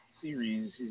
series